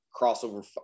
crossover